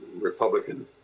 Republican